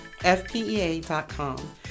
fpea.com